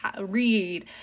read